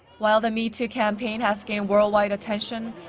while the metoo campaign has gained worldwide attention,